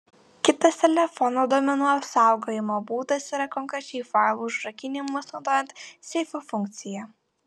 kitas telefono duomenų apsaugojimo būdas yra konkrečių failų užrakinimas naudojant seifo funkciją